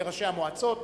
לראשי המועצות?